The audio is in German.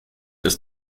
ist